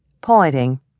pointing